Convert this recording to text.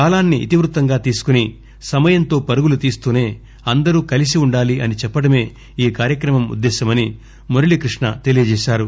కాలాన్సి ఇతివృత్తంగా తీసుకుని సమయంతో పరుగులు దీస్తూసే అందరూ కలిసి ఉండాలి అని చెప్పటమే ఈ కార్యక్రమం ఉద్దేశమని మురళీ కృష్ణ తెలియజేశారు